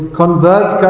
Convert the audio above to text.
convert